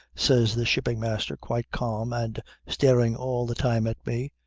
says the shipping-master quite calm and staring all the time at me.